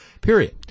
Period